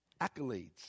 accolades